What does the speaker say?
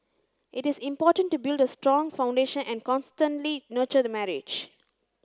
it is important to build a strong foundation and constantly nurture the marriage